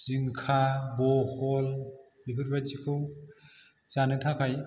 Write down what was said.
जिंखा बहल बेफोरबायदिखौ जानो थाखाय